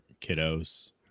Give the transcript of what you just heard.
kiddos